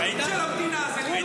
--- יהיו מוגנים.